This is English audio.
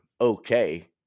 okay